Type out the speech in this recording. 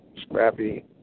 scrappy